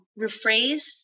rephrase